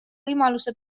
võimaluse